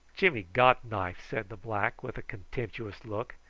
jimmy got knife, said the black, with a contemptuous look.